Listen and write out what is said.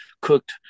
cooked